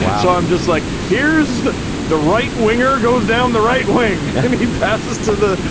so i'm just like here's the the right winger, goes down the right wing and passes to the.